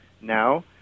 now